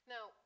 Now